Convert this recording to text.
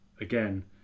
Again